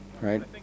right